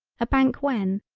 a bank when,